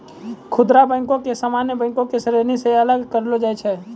खुदरा बैको के सामान्य बैंको के श्रेणी से अलग करलो जाय छै